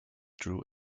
drew